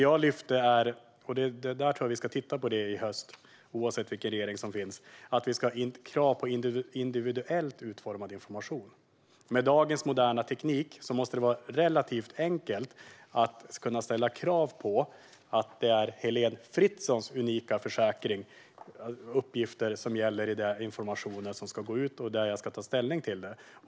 Oavsett regering i höst behöver vi titta på krav på individuellt utformad information. Med dagens moderna teknik måste det vara relativt enkelt att ställa krav på att det är Heléne Fritzons unika försäkringsuppgifter som gäller i den information som ska gå ut och som jag ska ta ställning till.